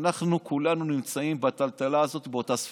אנחנו כולנו נמצאים בטלטלה הזאת באותה ספינה.